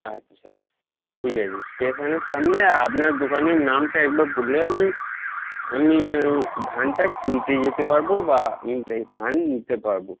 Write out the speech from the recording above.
আচ্ছা ঠিক আছে স্টেশনের সামনে আপনার দোকানের নামটা একবার বললে আমি আমি ওই ধানটা কিনতে যেতে পারব বা আমি এই ধান নিতে পারব